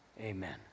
amen